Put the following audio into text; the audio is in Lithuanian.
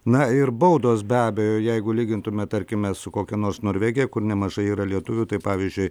na ir baudos be abejo jeigu lygintume tarkime su kokia nors norvegija kur nemažai yra lietuvių tai pavyzdžiui